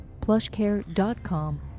plushcare.com